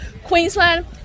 Queensland